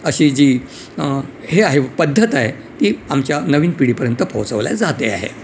अशी जी हे आहे पद्धत आहे ती आमच्या नवीन पिढीपर्यंत पोहोचवली जाते आहे